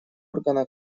органа